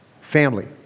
family